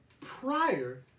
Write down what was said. prior